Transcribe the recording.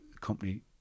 company